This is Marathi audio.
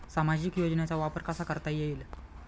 सामाजिक योजनेचा वापर कसा करता येईल?